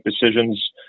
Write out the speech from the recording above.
decisions